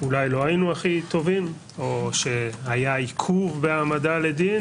אולי לא היינו הכי טובים או שהיה עיכוב בהעמדה לדין